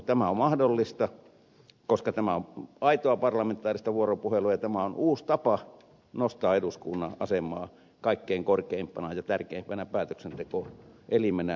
tämä on mahdollista koska tämä on aitoa parlamentaarista vuoropuhelua ja tämä on uusi tapa nostaa eduskunnan asemaa kaikkein korkeimpana ja tärkeimpänä päätöksentekoelimenä suomessa